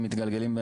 שמתגלגלים,